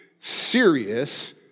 serious